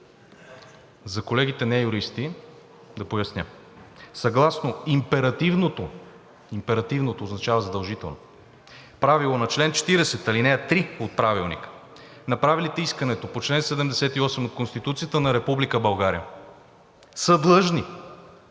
За колегите не-юристи да поясня. Съгласно императивното – императивното означава задължително, правило на чл. 40, ал. 3 от Правилника направилите искането по чл. 78 от Конституцията на Република България са длъжни